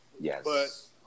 Yes